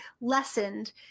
lessened